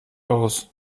aus